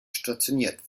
stationiert